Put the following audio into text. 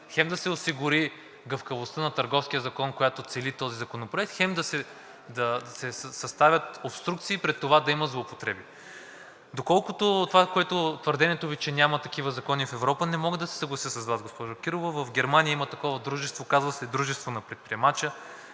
хем да се осигури гъвкавостта на Търговския закон, която цели този законопроект, хем да се съставят обструкции пред това да има злоупотреби. Доколкото твърдението Ви, че няма такива закони в Европа, не мога да се съглася с Вас, госпожо Кирова. В Германия има такова дружество – казва се „Дружество на предприемача“,